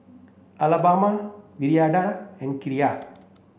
Alabama Viridiana and Kiya